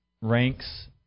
ranks